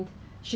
mm